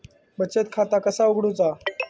बचत खाता कसा उघडूचा?